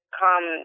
come